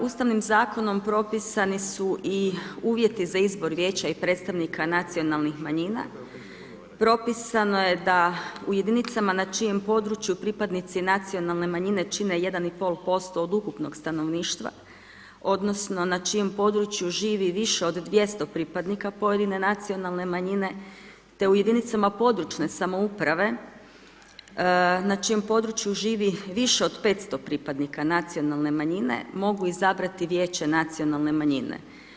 Ustavni zakonom propisani su i uvjeti za izbor vijeća i predstavnika nacionalnih manjina, propisano je da u jedinicama na čijem području pripadnici nacionalne manjine čine 1,5% od ukupnog stanovništva odnosno na čijem području živi više od 200 pripadnika pojedine nacionalne manjine te u jedinicama područne samouprave na čijem području živi više od 500 pripadnika nacionalne manjine, mogu izabrati vijeće nacionalna manjine.